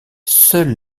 seuls